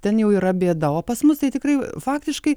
ten jau yra bėda o pas mus tai tikrai faktiškai